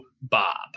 Bob